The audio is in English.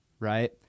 right